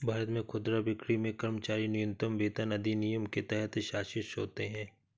भारत में खुदरा बिक्री में कर्मचारी न्यूनतम वेतन अधिनियम के तहत शासित होते है